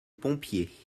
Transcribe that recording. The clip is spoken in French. pompiers